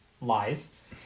lies